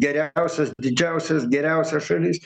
geriausias didžiausias geriausias šalis